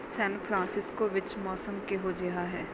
San Francisco ਵਿੱਚ ਮੌਸਮ ਕਿਹੋ ਜਿਹਾ ਹੈ